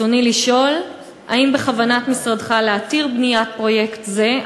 רצוני לשאול: 1. האם בכוונת משרדך להתיר בניית פרויקט זה,